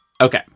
Okay